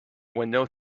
window